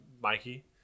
Mikey